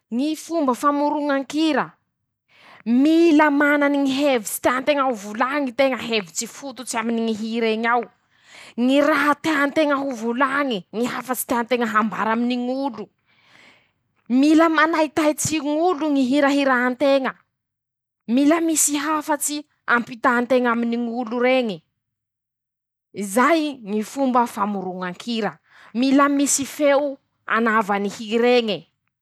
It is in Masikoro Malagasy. Ñy fomba famoroñan-kira: -Mila mana ñy hevitsy tea nteña ho volañy teña, hevitsy fototsy aminy ñy hir'eñy ao, ñy raha tea nteña ho volañy, ñy hafatsy tea nteña hambara aminy ñ'olo. -Mila manaitaitsy ñ'olo ñy hira hiranteña, mila misy hafatsy hampità nteña aminy ñ'olo reñe, zay ñy fomba famoroñan-kira, mila misy feo hanaova ny hir'eñy e.